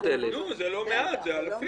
300,000. נו, זה לא מעט, זה אלפים.